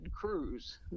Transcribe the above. Cruz